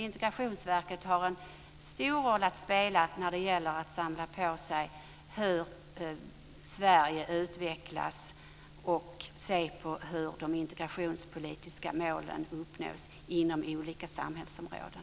Integrationsverket har alltså en stor roll att spela när det gäller att samla på sig material om hur Sverige utvecklas och att se på hur de integrationspolitiska målen uppnås inom olika samhällsområden.